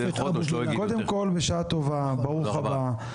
קודם כל, בשעה טובה, ברוך הבא.